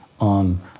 on